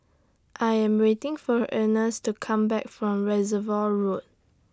I Am waiting For Ernest to Come Back from Reservoir Road